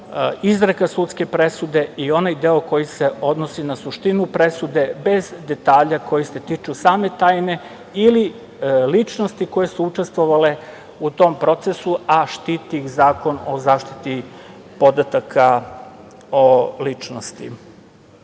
izreka sudske presude i onaj deo koji se odnosi na suštinu presude bez detalja koji se tiču same tajne ili ličnosti koje su učestvovale u tom procesu, a štiti ih Zakon o zaštiti podataka o ličnostima. Naravno